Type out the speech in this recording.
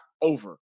over